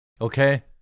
Okay